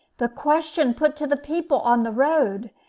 the question put to the people on the road,